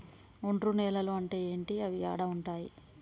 ఒండ్రు నేలలు అంటే ఏంటి? అవి ఏడ ఉంటాయి?